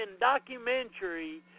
documentary